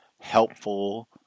helpful